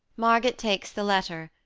marget takes the letter,